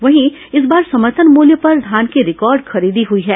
वहीं इस बार समर्थन मूल्य पर धान की रिकॉर्ड खरीदी हुई है